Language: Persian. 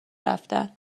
رفتن